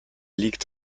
liegt